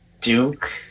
Duke